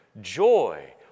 Joy